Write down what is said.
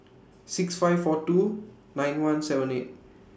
six five four two nine one seven eight